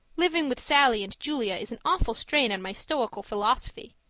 living with sallie and julia is an awful strain on my stoical philosophy.